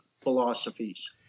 philosophies